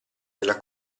della